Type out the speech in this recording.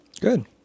Good